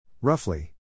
Roughly